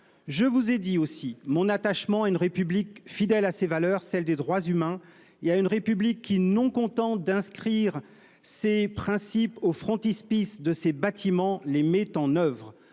J'ai aussi dit mon attachement à une République fidèle à ses valeurs, celles des droits humains, et qui, non contente d'inscrire ses principes au frontispice de ses bâtiments, les met en oeuvre.